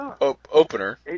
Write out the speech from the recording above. opener